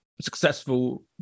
successful